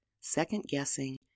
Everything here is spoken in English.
second-guessing